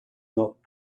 not